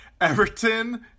Everton